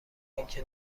اینکه